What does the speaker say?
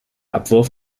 abwurf